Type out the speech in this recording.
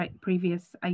previous